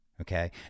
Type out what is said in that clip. Okay